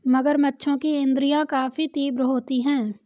मगरमच्छों की इंद्रियाँ काफी तीव्र होती हैं